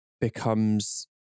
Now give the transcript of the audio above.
becomes